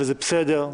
וזה בסדר,